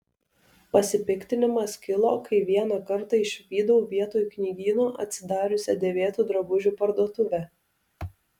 pasipiktinimas kilo kai vieną kartą išvydau vietoj knygyno atsidariusią dėvėtų drabužių parduotuvę